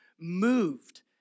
moved